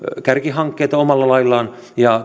kärkihankkeita omalla laillaan ja